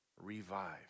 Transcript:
Revive